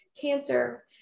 cancer